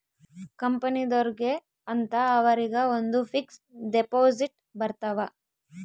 ಕಂಪನಿದೊರ್ಗೆ ಅಂತ ಅವರಿಗ ಒಂದ್ ಫಿಕ್ಸ್ ದೆಪೊಸಿಟ್ ಬರತವ